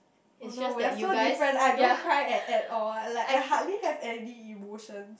oh no we are so different I don't cry at at all like I hardly have any emotion